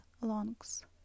lungs